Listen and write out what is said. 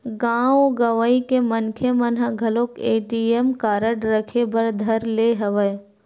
गाँव गंवई के मनखे मन ह घलोक ए.टी.एम कारड रखे बर धर ले हवय